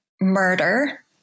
murder